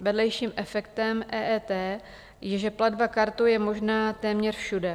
Vedlejším efektem EET je, že platba kartou je možná téměř všude.